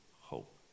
hope